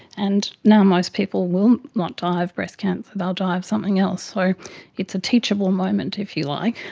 and now most people will not die of breast cancer, they'll die of something else. so it's a teachable moment, if you like,